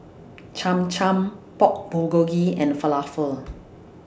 Cham Cham Pork Bulgogi and Falafel